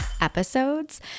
episodes